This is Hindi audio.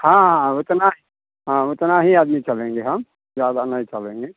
हाँ हाँ हाँ ओतना ही हाँ ओतना ही आदमी चलेंगे हम ज़्यादा नहीं चलेंगे